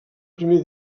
primer